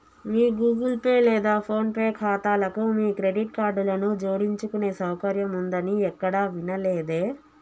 మీ Google Pay లేదా PhonePe ఖాతాలకు మీ క్రెడిట్ కార్డులను జోడించుకునే సౌకర్యం ఉందని ఎక్కడా వినలేదే